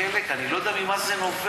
חלק, אני לא יודע ממה זה נובע.